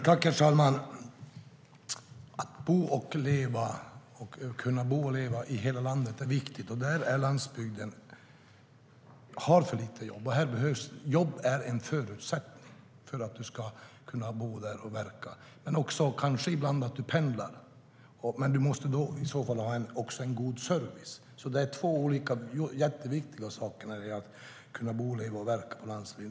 Herr talman! Det är viktigt att kunna bo och leva i hela landet. Landsbygden har för lite jobb, och jobb är en förutsättning för att man ska kunna bo och verka där. Men ibland kan man kanske också pendla. I så fall måste man även ha god service. Det är två jätteviktiga saker när det gäller att kunna bo, leva och verka på landsbygden.